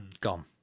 Gone